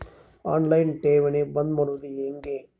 On line ಠೇವಣಿ ಬಂದ್ ಮಾಡೋದು ಹೆಂಗೆ?